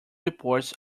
reports